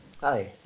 Hi